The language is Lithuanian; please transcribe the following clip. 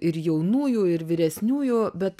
ir jaunųjų ir vyresniųjų bet